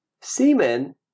semen